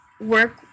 work